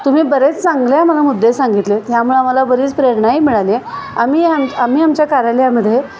तुम्ही बरेच चांगले आम्हाला मुद्दे सांगितले त्यामुळे आला बरीच प्रेरणाई मिळाली आम्ही आम आम्ही आमच्या कार्यालयामध्ये